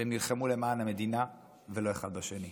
והם נלחמו למען המדינה ולא אחד בשני.